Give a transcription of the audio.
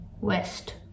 West